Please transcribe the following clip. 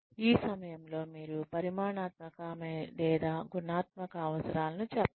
ఈ సమయంలో మీరు పరిమానాత్మక లేదా గుణాత్మక అవసరాలను చెప్పండి